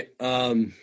right